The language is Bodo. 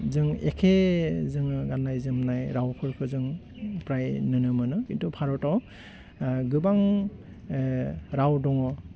जों एके जोङो गान्नाय जोमन्नाय रावफोरखौ जों फ्राय नुनो मोनो खिन्थु भारताव गोबां राव दङ